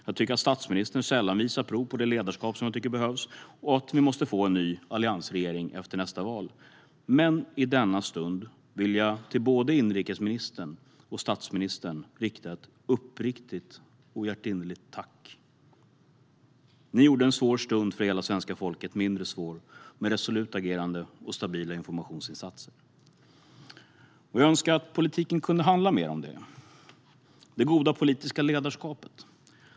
Jag tycker att statsministern sällan visar prov på det ledarskap som behövs och att vi måste få en ny alliansregering efter nästa val. Men i denna stund vill jag till både inrikesministern och statsministern rikta ett uppriktigt och hjärtinnerligt tack. Ni gjorde en svår stund för hela svenska folket mindre svår med resolut agerande och stabila informationsinsatser. Jag önskar att politiken kunde handla mer om det goda politiska ledarskapet.